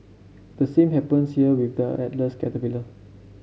the same happens here with the Atlas caterpillar